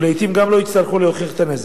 ולעתים גם לא יצטרכו להוכיח את הנזק.